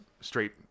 straight